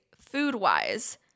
food-wise